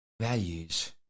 values